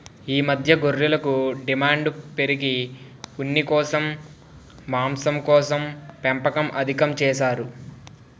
ఈ మధ్య గొర్రెలకు డిమాండు పెరిగి ఉన్నికోసం, మాంసంకోసం పెంపకం అధికం చేసారు